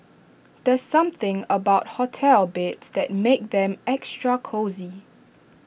there's something about hotel beds that makes them extra cosy